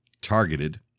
Targeted